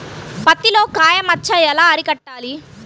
పత్తిలో కాయ మచ్చ ఎలా అరికట్టాలి?